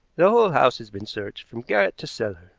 the whole house has been searched from garret to cellar,